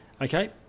Okay